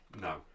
No